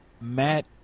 Matt